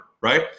right